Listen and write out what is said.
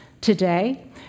Today